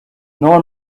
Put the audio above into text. nor